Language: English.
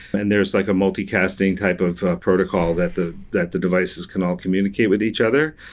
and there's like a multicasting type of protocol that the that the devices can all communicate with each other.